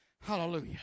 hallelujah